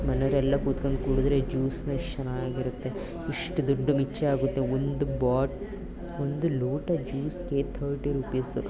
ಮನೆಯವ್ರೆಲ್ಲ ಕೂತ್ಕೊಂಡ್ ಕುಡಿದರೆ ಜ್ಯೂಸನ್ನು ಎಷ್ಟು ಚೆನ್ನಾಗಿರುತ್ತೆ ಎಷ್ಟು ದೊಡ್ಡ ಆಗುತ್ತೆ ಒಂದು ಬಾಟ್ ಒಂದು ಲೋಟ ಜ್ಯೂಸಿಗೆ ಥರ್ಟಿ ರುಪೀಸು